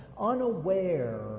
unaware